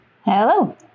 Hello